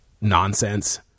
nonsense